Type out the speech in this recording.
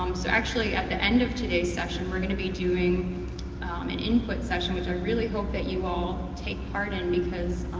um so actually at the end of today's session we're gonna be doing an input session which i really hope that you all take part in, because